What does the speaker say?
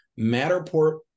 Matterport